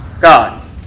God